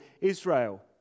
Israel